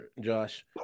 Josh